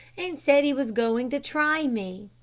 and said he was going to try me.